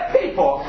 people